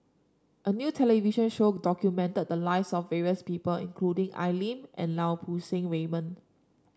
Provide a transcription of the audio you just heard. a new television show documented the lives of various people including Al Lim and Lau Poo Seng Raymond